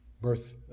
birth